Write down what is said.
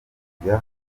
kujya